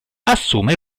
assume